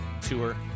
Tour